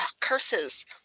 curses